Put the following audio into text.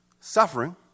suffering